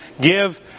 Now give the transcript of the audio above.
give